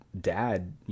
dad